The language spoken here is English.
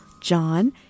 John